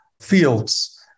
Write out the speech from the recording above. fields